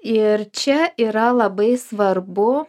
ir čia yra labai svarbu